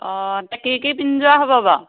অঁ কি কি পিন্ধি যোৱা হ'ব বাও